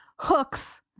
hooks